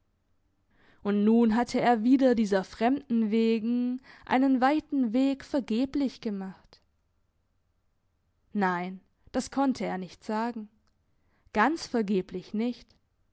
und nun hatte er wieder dieser fremden wegen einen weiten weg vergeblich gemacht nein das konnte er nicht sagen ganz vergeblich nicht